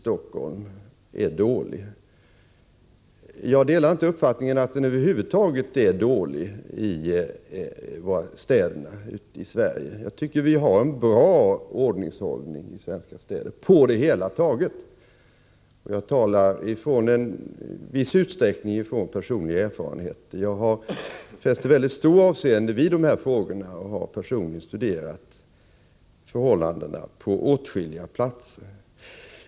Jag delar över huvud taget inte uppfattningen att ordningshållningen är dålig i våra städer — jag tycker att den på det hela taget är bra. Här talar jag i viss utsträckning utifrån personliga erfarenheter. Jag fäster stort avseende vid dessa frågor och har personligen studerat förhållandena på åtskilliga platser.